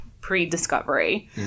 pre-discovery